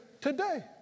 today